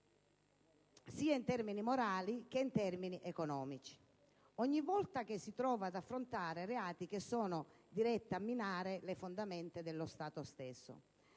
sia in termini morali che in termini economici, ogni volta che si trova a fronteggiare reati che sono diretti a minare le fondamenta dello Stato stesso.